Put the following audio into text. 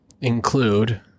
include